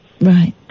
right